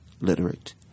literate